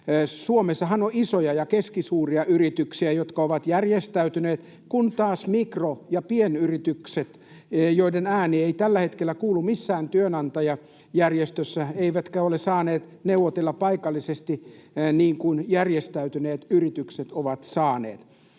Suomessahan on isoja ja keskisuuria yrityksiä, jotka ovat järjestäytyneet, kun taas mikro- ja pienyritysten ääni ei tällä hetkellä kuulu missään työnantajajärjestössä, eivätkä ne ole saaneet neuvotella paikallisesti, niin kuin järjestäytyneet yritykset ovat saaneet.